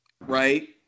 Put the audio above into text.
right